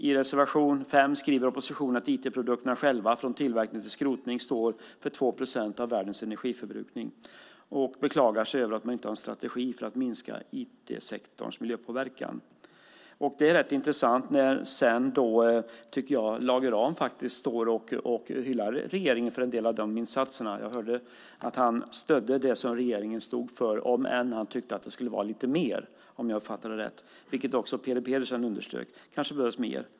I reservation 5 skriver oppositionen att IT-produkterna själva från tillverkning till skrotning står för 2 procent av världens energiförbrukning. Oppositionen beklagar sig över att det inte finns någon strategi för att minska IT-sektorns miljöpåverkan. Det är rätt intressant när Lage Rahm faktiskt sedan står och hyllar regeringen för en del av dessa insatser. Jag hörde att han stöder det som regeringen står för, om än han tycker att det ska vara lite mer, om jag uppfattade det rätt. Även Peter Pedersen underströk detta. Det kanske behövs mer.